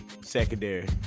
secondary